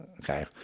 okay